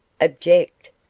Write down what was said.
Object